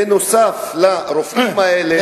בנוסף לרופאים האלה,